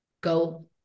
go